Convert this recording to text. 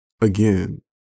again